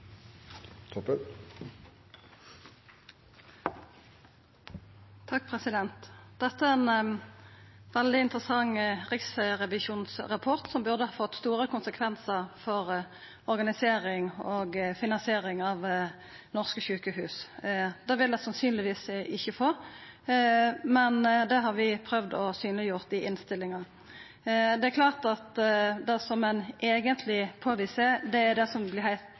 veldig interessant riksrevisjonsrapport, som burde ha fått store konsekvensar for organiseringa og finansieringa av norske sjukehus. Det vil han sannsynlegvis ikkje få, men det har vi prøvd å synleggjera i innstillinga. Det er klart at det ein eigentleg påviser, er det som